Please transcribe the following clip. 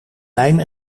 lijm